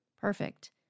Perfect